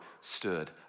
stood